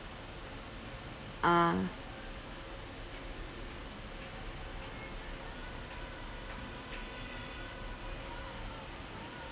ah